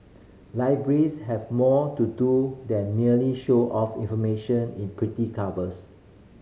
libraries have more to do than merely show off information in pretty covers